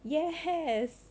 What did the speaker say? ya have